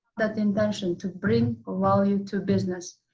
that intention to bring value to business,